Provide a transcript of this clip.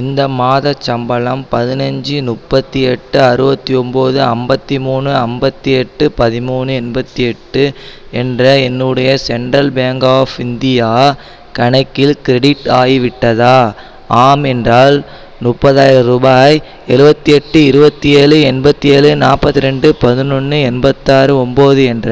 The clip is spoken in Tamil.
இந்த மாதச் சம்பளம் பதினைஞ்சி முப்பத்தி எட்டு அறுபத்தி ஒம்போது ஐம்பத்தி மூணு ஐம்பத்தி எட்டு பதிமூணு எண்பத்தி எட்டு என்ற என்னுடைய சென்ட்ரல் பேங்க் ஆஃப் இந்தியா கணக்கில் க்ரெடிட் ஆகிவிட்டதா ஆம் என்றால் முப்பதாயிரம் ரூபாய் எழுவத்தி எட்டு இருபத்தி ஏழு எண்பத்தி ஏழு நாற்பத்தி ரெண்டு பதினொன்று எண்பத்தாறு ஒம்போது என்ற